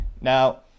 Now